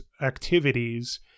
activities